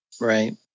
Right